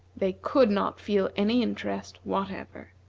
they could not feel any interest whatever.